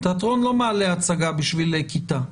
תיאטרון לא מעלה הצגה בשביל כיתה אחת.